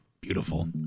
beautiful